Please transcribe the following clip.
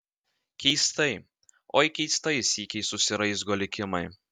keistai oi keistai sykiais susiraizgo likimai